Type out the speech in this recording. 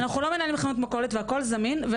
אנחנו לא מנהלים חנות מכולת, והכל זמין.